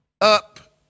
up